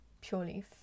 purely